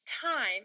time